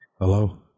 Hello